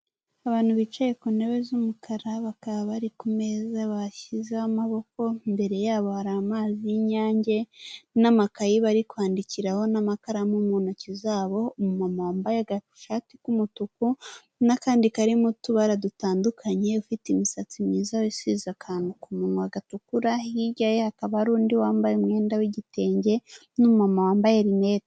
Abantu bicaye ku ntebe z'umukara, bakaba bari ku meza bashyizeho amaboko, imbere yabo hari amazi y'Inyange n'amakayi bari kwandikiraho n'amakaramu mu ntoki zabo, umumama wambaye agashati k'umutuku n'akandi karimo utubara dutandukanye, ufite imisatsi myiza, wisize akantu ku munwa gatukura, hirya ye hakaba hari undi wambaye umwenda w'igitenge n'umumama wambaye rinete.